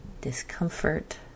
discomfort